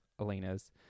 Elena's